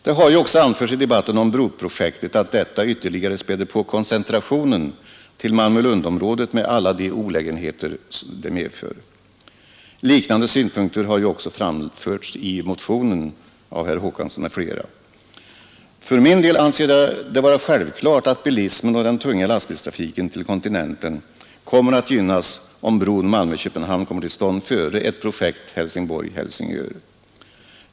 Det har ju också anförts i debatten om broprojektet att detta ytterligare späder på koncentrationen till Malmö—Lund-området med alla de olägenheter det medför. Liknande synpunkter har ju också framförts i motionen av herr Håkansson m.fl. För min del anser jag det vara självklart att bilismen och den tunga lastbilstrafiken till kontinenten kommer att gynnas om bron Malmö—Köpenhamn kommer till stånd före projektet Helsingborg—-Helsingör.